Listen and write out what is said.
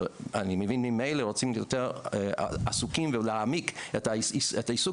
שאני מבין שרוצים יותר להעמיק את העיסוק